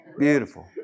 Beautiful